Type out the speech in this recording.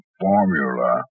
formula